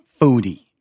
foodie